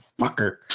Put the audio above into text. fucker